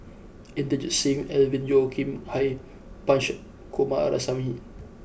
Inderjit Singh Alvin Yeo Khirn Hai Punch Coomaraswamy